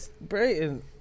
Brayton